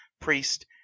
priest